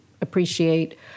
appreciate